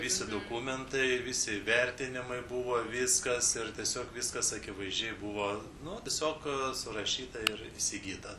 visi dokumentai visi įvertinimai buvo viskas ir tiesiog viskas akivaizdžiai buvo nu tiesiog surašyta ir įsigyta